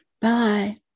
bye